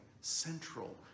central